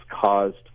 caused